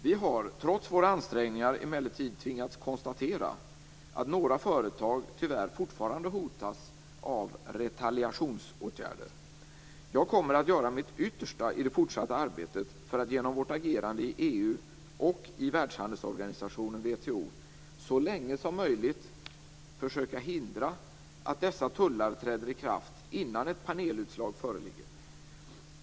Vi har trots våra ansträngningar emellertid tvingats konstatera att några företag tyvärr fortfarande hotas av retaliationsåtgärder. Jag kommer att göra mitt yttersta i det fortsatta arbetet för att genom vårt agerande i EU och i världshandelsorganisationen, WTO, så länge som möjligt försöka hindra att dessa tullar träder i kraft innan ett panelutslag föreligger.